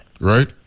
Right